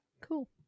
Cool